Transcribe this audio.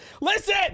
listen